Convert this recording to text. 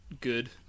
good